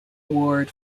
award